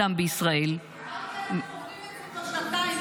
אנחנו שומעים את זה כבר שנתיים.